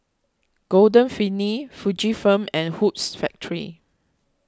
Golden Peony Fujifilm and Hoops Factory